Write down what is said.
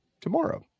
tomorrow